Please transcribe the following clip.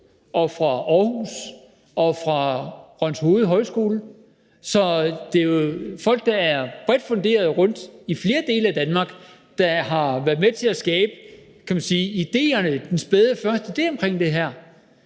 og fra Aarhus og fra Rønshoved Højskole. Så det er jo folk, der er bredt funderet i flere dele af Danmark, der har været med til at skabe idéerne, kan man sige, den første spæde idé omkring det her.